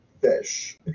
fish